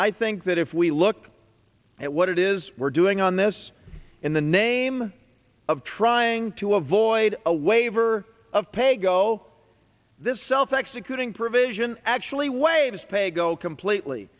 i think that if we look at what it is we're doing on this in the name of trying to avoid a waiver of paygo this self executing provision actually waives paygo completely